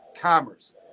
commerce